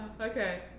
okay